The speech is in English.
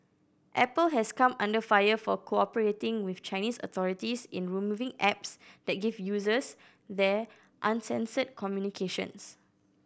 apple has come under fire for cooperating with Chinese authorities in removing apps that give users there uncensored communications